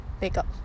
Makeup